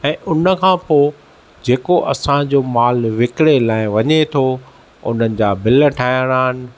ऐं हुन खां पोइ जेको असांजो मालु विकिरे लाइ वञे थो उननि जा बिल ठाइणा आहिनि